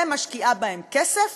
ומשקיעה בהם כסף